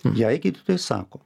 jai gydytojai sako